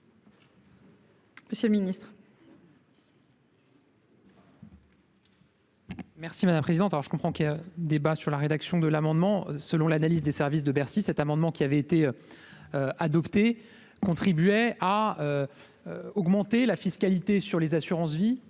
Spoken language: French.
Monsieur le ministre.